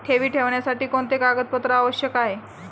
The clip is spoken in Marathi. ठेवी ठेवण्यासाठी कोणते कागदपत्रे आवश्यक आहे?